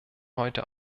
heute